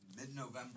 Mid-November